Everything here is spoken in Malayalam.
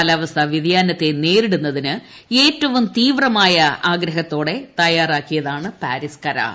കാലാവസ്ഥാ വ്യതിയാനത്തെ നേരിടുന്നതിന് ഏറ്റവും തീവ്രമായ ആഗ്രഹത്തോടെ തയാറായതാണ് പ്പാരിസ് കരാർ